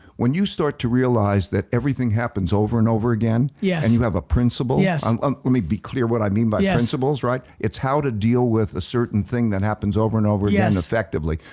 when you start to realize that everything happens over and over again yeah and you have a principle yeah um um let me be clear what i mean by yeah principles, right, it's how to deal with a certain thing that happens over and over again yeah and effectively.